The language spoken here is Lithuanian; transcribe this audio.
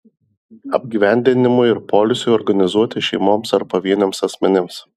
apgyvendinimui ir poilsiui organizuoti šeimoms ar pavieniams asmenims